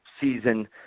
season